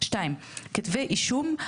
(2)כתבי אישום,